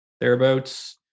thereabouts